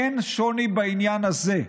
אין שוני בעניין הזה.